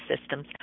systems